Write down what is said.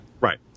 Right